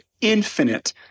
infinite